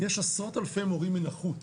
יש עשרות אלפי מורים מן החוץ,